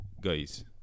guys